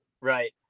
right